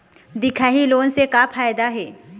दिखाही लोन से का फायदा हे?